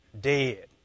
dead